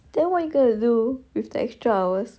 then what are you going to do with the extra hours